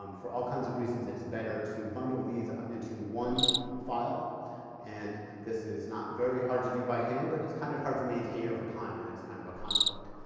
um for all kinds of reasons it's better to bundle these ah into one file and this is not very hard to do by hand, but it's kind of hard to maintain over time and it's kind of a conflict.